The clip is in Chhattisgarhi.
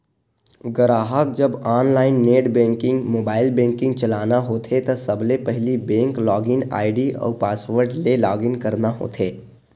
गराहक जब online net banking, mobile banking चलाना होथे त सबले पहिली बेंक लॉगिन आईडी अउ पासवर्ड ले लॉगिन करना होथे